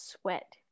sweat